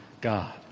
God